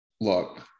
Look